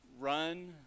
run